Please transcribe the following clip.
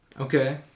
Okay